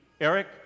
Eric